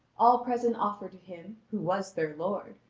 all present offered to him, who was their lord,